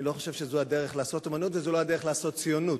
אני לא חושב שזו הדרך לעשות אמנות וזו לא הדרך לעשות ציונות.